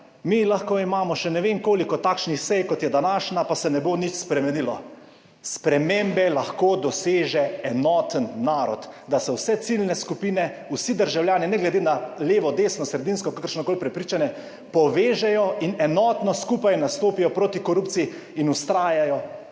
mi lahko imamo še ne vem koliko takšnih sej kot je današnja, pa se ne bo nič spremenilo. Spremembe lahko doseže enoten narod, da se vse ciljne skupine, vsi državljani ne glede na levo, desno, sredinsko, kakršnokoli prepričanje povežejo in enotno skupaj nastopijo proti korupciji in vztrajajo